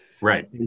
Right